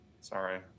sorry